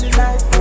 life